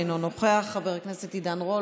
חבר הכנסת אנדרי קוז'ינוב,